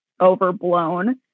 overblown